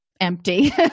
empty